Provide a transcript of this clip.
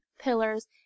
pillars